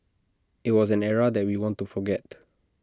IT was an era that we want to forget